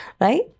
right